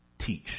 teach